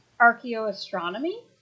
archaeoastronomy